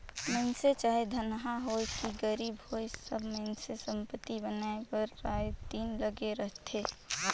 मइनसे चाहे धनहा होए कि गरीब होए सब मइनसे संपत्ति बनाए बर राएत दिन लगे रहथें